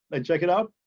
and check it out,